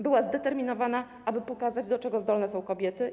Była zdeterminowana, aby pokazać, do czego zdolne są kobiety.